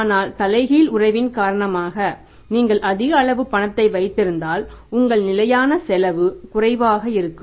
ஆனால் தலைகீழ் உறவின் காரணமாக நீங்கள் அதிக அளவு பணத்தை வைத்திருந்தால் உங்கள் நிலையான செலவு குறைவாக இருக்கும்